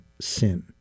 sin